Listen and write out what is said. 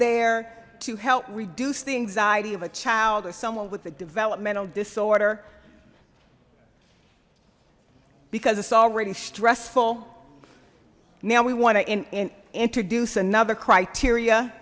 there to help reduce the anxiety of a child or someone with a developmental disorder because it's already stressful now we want to introduce another criteria